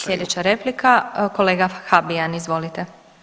Slijedeća replika kolega Habijan, izvolite.